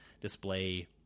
display